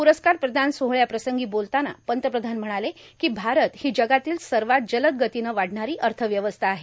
प्रस्कार प्रदान सोहळ्या प्रसंगी बोलताना पंतप्रधान म्हणाले काँ भारत हो जगातील सर्वात जलद गतीन वाढणारां अथव्यवस्था आहे